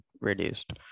reduced